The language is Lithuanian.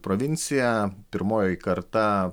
provincija pirmoji karta